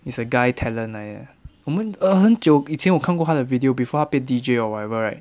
it's a guy talent eh 我们很久以前我看过他的 video before 他变 D_J or whatever right